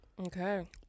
Okay